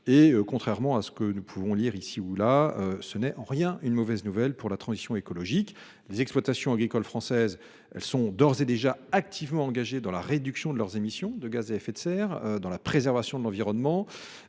Contrairement à ce que nous pouvons lire ici ou là, ce n’est en rien une mauvaise nouvelle pour la transition écologique. Les exploitations agricoles françaises sont d’ores et déjà activement engagées dans la réduction de leurs émissions de gaz à effet de serre et dans la préservation de l’environnement.